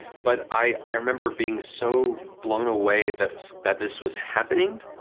but i remember being so blown away that that this was happening,